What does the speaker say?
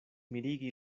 mirigi